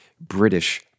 British